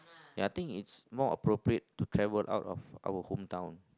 ya think is more appropriate to travel out of our hometown